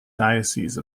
diocese